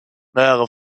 mehrere